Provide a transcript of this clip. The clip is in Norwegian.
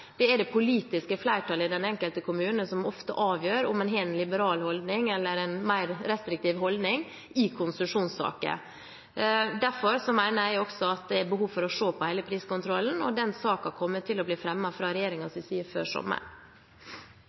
Det er det politiske flertallet i den enkelte kommune som ofte avgjør om en har en liberal holdning, eller om en har en mer restriktiv holdning i konsesjonssaker. Derfor mener jeg at det er behov for å se på hele priskontrollen, og den saken kommer til å bli